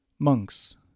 Monks